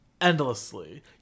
endlessly